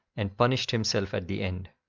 and punished himself at the end.